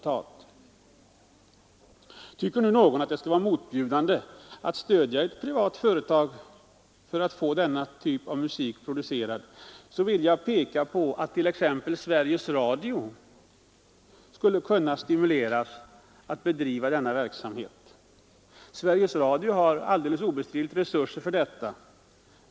Tycker nu någon att det skulle vara motbjudande att stödja ett privat företag för att få denna typ av musik producerad, så vill jag peka på att t.ex. Sveriges Radio skulle kunna stimuleras att bedriva denna verksamhet. Sveriges Radio har alldeles obestridligt resurser för detta.